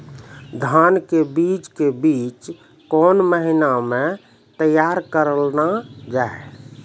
धान के बीज के बीच कौन महीना मैं तैयार करना जाए?